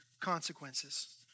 consequences